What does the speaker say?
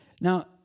Now